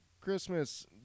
Christmas